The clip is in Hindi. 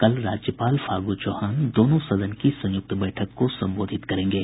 कल राज्यपाल फागू चौहान दोनों सदन की संयुक्त बैठक को संबोधित करेंगे